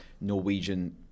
Norwegian